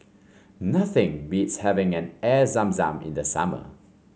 nothing beats having an Air Zam Zam in the summer